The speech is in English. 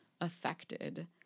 affected